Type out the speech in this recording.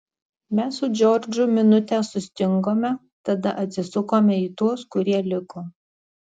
mes su džordžu minutę sustingome tada atsisukome į tuos kurie liko